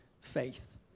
faith